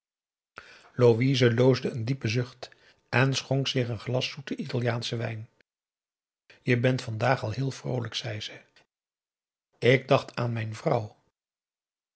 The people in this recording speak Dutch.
louise loosde een diepe zucht en schonk zich een glas zoeten italiaanschen wijn je bent vandaag al heel vroolijk zei ze ik dacht aan mijn vrouw